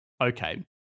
Okay